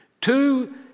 two